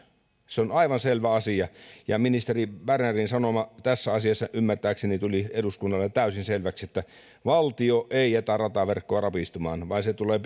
se on aivan selvä asia ja ministeri bernerin sanoma tässä asiassa ymmärtääkseni tuli eduskunnalle täysin selväksi valtio ei jätä rataverkkoa rapistumaan vaan se tulee